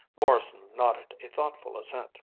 morrison nodded a thoughtful assent.